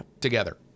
together